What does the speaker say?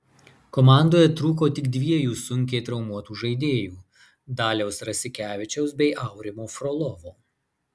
komandoje trūko tik dviejų sunkiai traumuotų žaidėjų daliaus rasikevičiaus bei aurimo frolovo